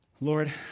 Lord